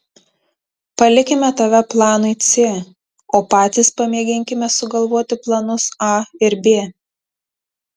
palikime tave planui c o patys pamėginkime sugalvoti planus a ir b